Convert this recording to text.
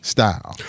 Style